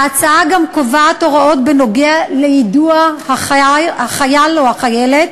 ההצעה גם קובעת הוראות ליידוע החייל או החיילת